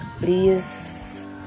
Please